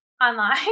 online